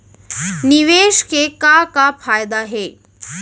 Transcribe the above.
निवेश के का का फयादा हे?